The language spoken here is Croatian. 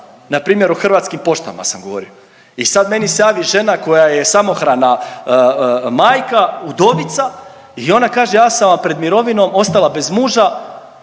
dao npr. o Hrvatskim poštama sam govorio i sad meni se javi žena koja je samohrana majka, udovica i ona kaže ja sam vam pred mirovinom ostala bez muža,